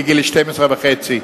בגיל 12 וחצי,